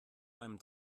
einem